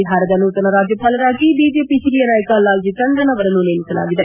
ಬಿಹಾರದ ನೂತನ ರಾಜ್ಯಪಾಲರಾಗಿ ಬಿಜೆಪಿ ಹಿರಿಯ ನಾಯಕ ಲಾಲ್ ಜಿ ಟಂಡನ್ ಅವರನ್ನು ನೇಮಿಸಲಾಗಿದೆ